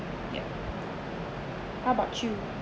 yup how about you